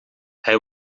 hij